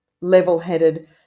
level-headed